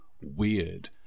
Weird